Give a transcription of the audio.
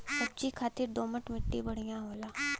सब्जी खातिर दोमट मट्टी बढ़िया होला